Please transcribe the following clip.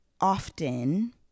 often